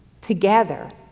together